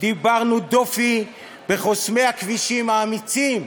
דיברנו דופי בחוסמי הכבישים האמיצים.